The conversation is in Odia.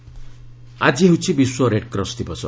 ରେଡ୍କ୍ରସ୍ ଆଜି ହେଉଛି ବିଶ୍ୱ ରେଡ୍କ୍ରସ ଦିବସ